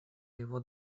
его